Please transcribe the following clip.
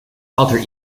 alter